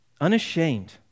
unashamed